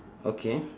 okay